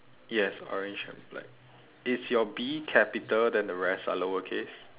yes orange and black is your B capital then the rest are lower case